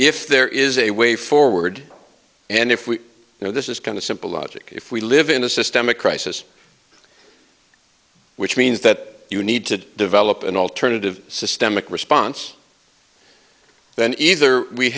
if there is a way forward and if we know this is kind of simple logic if we live in a systemic crisis which means that you need to develop an alternative systemic response then either we